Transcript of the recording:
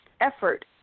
effort